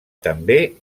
també